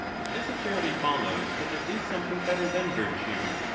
it necessarily follows that there is something better than virtue.